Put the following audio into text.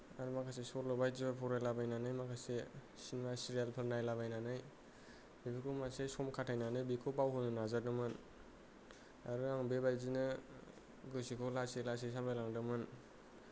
आरो माखासे सल' बायदिफोर फरायलाबायनानै माखासे सिनेमा सिरियेलफोर नायलाबायनानै बेफोरखौ मोनसे सम खाथायनानै बेखौ बावहोनो नाजादोंमोन आरो आं बेबायदिनो गोसोखौ लासै लासै सामलायलांदोंमोन